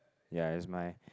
ya is my